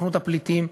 סוכנות הפליטים,